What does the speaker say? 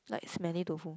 like smelly tofu